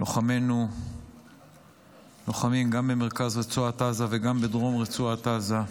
לוחמינו לוחמים גם במרכז רצועת עזה וגם בדרום רצועת עזה,